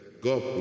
God